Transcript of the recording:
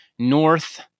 north